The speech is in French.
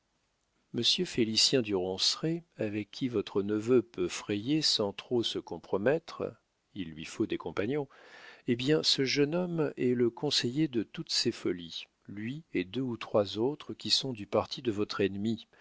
félicien du ronceret avec qui votre neveu peut frayer sans trop se compromettre il lui faut des compagnons eh bien ce jeune homme est le conseiller de toutes ses folies lui et deux ou trois autres qui sont du parti de votre ennemi